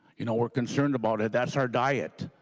you know are concerned about it. that's our diet.